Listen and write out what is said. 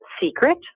secret